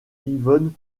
yvonne